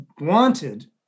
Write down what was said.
wanted